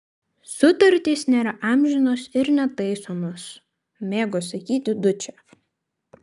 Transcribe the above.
sutartys nėra amžinos ir netaisomos mėgo sakyti dučė